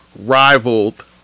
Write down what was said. rivaled